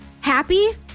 happy